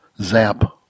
zap